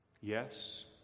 Yes